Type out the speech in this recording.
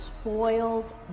spoiled